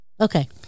okay